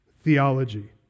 Theology